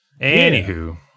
Anywho